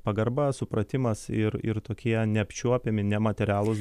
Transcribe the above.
pagarba supratimas ir ir tokie neapčiuopiami nematerialūs